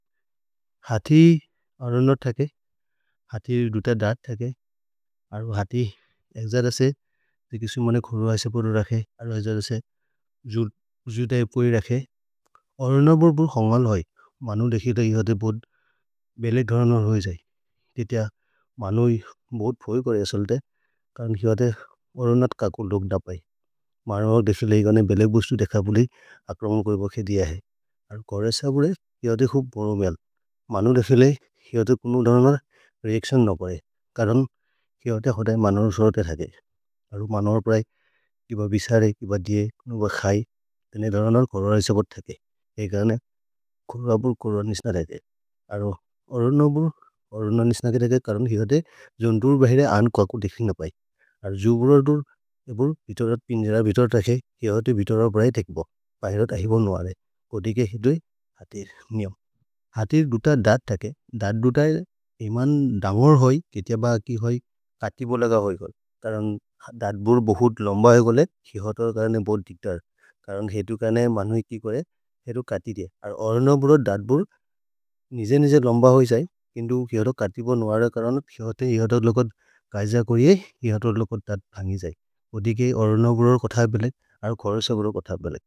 हति अरनत्, हति दुत दत्, हति एक् जर से दि किसिमने खोरु ऐसे परु रखे, अरनत् बुर् बुर् होन्गल् होइ। मनु देखिर् द हि होदे बुर् बेले धरनर् होइ जै। दि त्य मनु हि मोद् फोइ कोरे असल् ते करन् हि होदे ओरनत् ककुल् दोक् द पये। मनु देखिर् द हि कोने बेले बुर्श्तु देखपुलि अक्रमल् कोइ बखे दिय है। मनु देखिर् द हि कोने बेले रेअक्सियन् न पर्हे करन् हि होदे मनु स्वरते रके। मनु औप्रहे किबबिसरे किबद्दिये कोने बखए, तेने धरनर् खोरु ऐसे पर्थेके। हेकर्न खोरु अबुर् खोरु अनिस्न रके। ओरनबुर् ओरननिस्न रके करन् हि होदे जोन्तुर् भेह्रे अनु ककुल् देखिर् न पर्हे। जुहुरदुर् अबुर् विथरत् पिन्जेर विथरते खे हि होदे विथरते किबबिसरे।